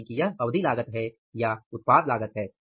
यानी कि यह अवधि लागत है या उत्पाद लागत है